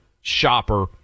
shopper